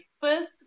first